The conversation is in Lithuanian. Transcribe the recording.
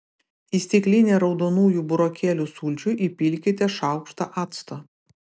į stiklinę raudonųjų burokėlių sulčių įpilkite šaukštą acto